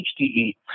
HDE